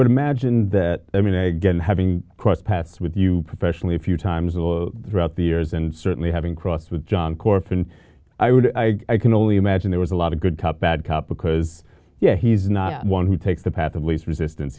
would imagine that i mean i again having crossed paths with you professionally a few times with throughout the years and certainly having crossed with john corp and i would i can only imagine there was a lot of good cop bad cop because yeah he's not one who takes the path of least resistance